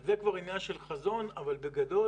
זה כבר עניין של חזון, אבל בגדול,